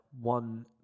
one